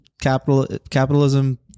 capitalism